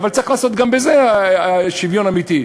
אבל צריך לעשות גם בזה שוויון אמיתי.